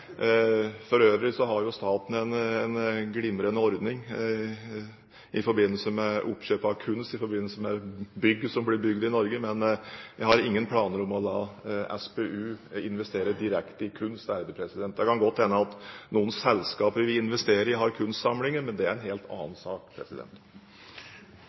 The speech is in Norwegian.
For øvrig har jo staten en glimrende ordning med oppkjøp av kunst i forbindelse med bygg som blir bygd i Norge, men jeg har ingen planer om å la SPU investere direkte i kunst. Det kan godt hende at noen selskaper vi investerer i, har kunstsamlinger, men det er en helt